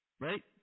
right